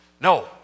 no